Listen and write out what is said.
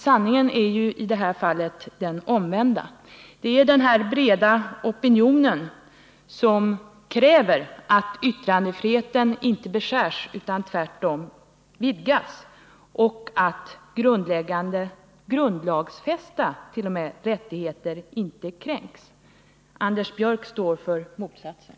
Sanningen är i detta fall raka motsatsen. Det är den breda opinionen som kräver att yttrandefriheten inte beskärs utan att den tvärtom vidgas och att grundläggande, grundlagsfästa t.o.m., rättigheter inte kränks. Anders Björck står för motsatsen.